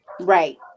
right